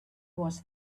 was